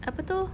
apa itu